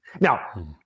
Now